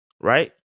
right